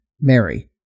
Mary